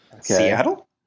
Seattle